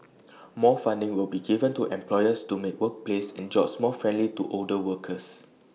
more funding will be given to employers to make workplaces and jobs more friendly to older workers